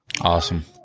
awesome